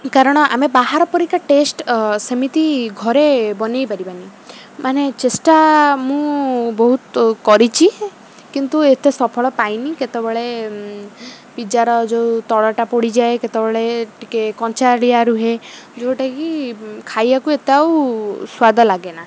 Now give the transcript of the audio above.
କାରଣ ଆମେ ବାହାର ପରିକା ଟେଷ୍ଟ୍ ସେମିତି ଘରେ ବନେଇ ପାରିବାନି ମାନେ ଚେଷ୍ଟା ମୁଁ ବହୁତ କରିଛି କିନ୍ତୁ ଏତେ ସଫଳ ପାଇନି କେତେବେଳେ ପିଜାର ଯୋଉ ତଳଟା ପୋଡ଼ିଯାଏ କେତେବେଳେ ଟିକେ କଞ୍ଚାଳିଆ ରୁହେ ଯୋଉଟାକି ଖାଇବାକୁ ଏତେ ଆଉ ସ୍ୱାଦ ଲାଗେନା